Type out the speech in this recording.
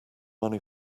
money